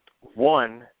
One